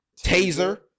taser